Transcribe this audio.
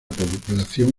población